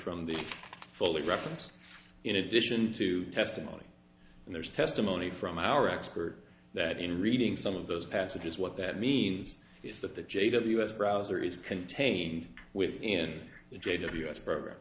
from the fully reference in addition to testimony and there's testimony from our expert that in reading some of those passages what that means is that the j ws browser is contained within the data of us program